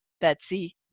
Betsy